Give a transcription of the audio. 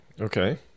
Okay